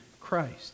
Christ